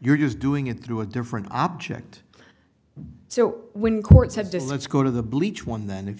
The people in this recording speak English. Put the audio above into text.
you're just doing it through a different object so when courts have desserts go to the bleach one then if